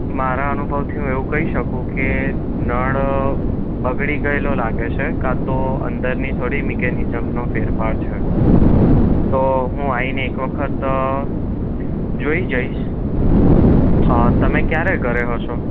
મારા અનુભવથી એવુ કઈ શકુ ઓકે નળ બગડી ગયેલો લાગે છે કા તો અંદરની થોડી મેકેનિઝમનો ફેરફાર છે તો હું આવીને એક વખત જોઈ જઈશ તમે ક્યારે ઘરે હશો